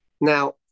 Now